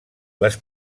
les